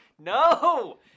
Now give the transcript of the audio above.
No